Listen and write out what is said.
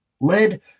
led